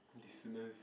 listeners